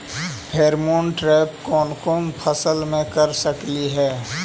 Pheromone trap कोन कोन फसल मे कर सकली हे?